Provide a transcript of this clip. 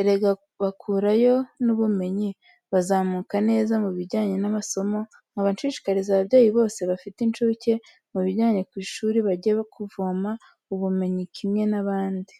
Erega bakurayo n'ubumenyi, bazamuka neza mu bijyanye n'amasomo, nkaba nshishikariza ababyeyi bose bafite incuke, mu bajyane ku ishuri bajye kuvoma ubumenyi kimwe n'abandi.